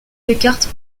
descartes